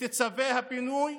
את צווי הפינוי,